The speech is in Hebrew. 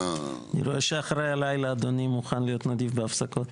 אני רואה שאחרי הלילה אדוני מוכן להיות נדיב בהפסקות.